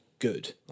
good